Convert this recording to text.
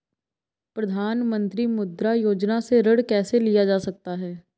प्रधानमंत्री मुद्रा योजना से ऋण कैसे लिया जा सकता है?